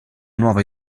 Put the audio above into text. nuova